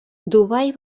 dubai